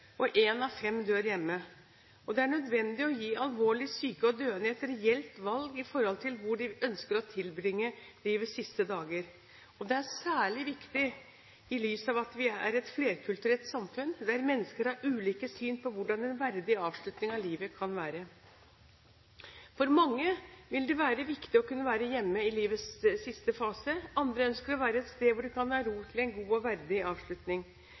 sykehjem. En av fem dør hjemme. Det er nødvendig å gi alvorlig syke og døende et reelt valg når det gjelder hvor de ønsker å tilbringe livets siste dager. Dette er særlig viktig i lys av at vi er et flerkulturelt samfunn, der mennesker har ulike syn på hvordan en verdig avslutning av livet kan være. For mange vil det være viktig å kunne være hjemme i livets siste fase. Andre ønsker å være et sted hvor de kan få ro til en god og verdig avslutning.